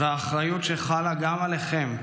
והאחריות שחלה גם עליכם,